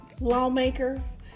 lawmakers